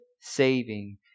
saving